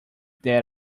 that